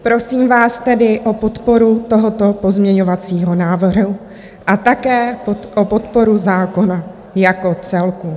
Prosím vás tedy o podporu tohoto pozměňovacího návrhu a také o podporu zákona jako celku.